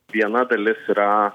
viena dalis yra